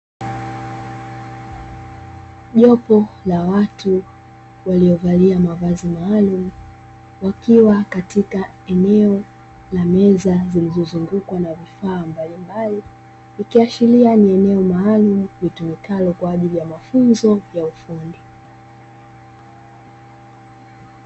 Jopo la watu waliovalia mavazi maalumu, wakiwa katika eneo la meza zilizozungukwa na vifaa mbalimbali, likiashiria ni eneo maalumu litumikalo kwa ajili ya mafunzo ya ufundi.